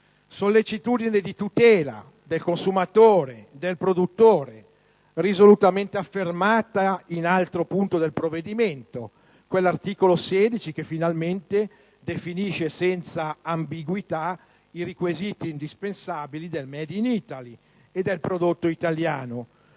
sollecitudine di tutela del consumatore e del produttore è risolutamente affermata in altro punto del provvedimento: quell'articolo 16 che finalmente definisce senza ambiguità i requisiti indispensabili del *made in Italy* e del prodotto italiano,